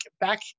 back